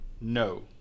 no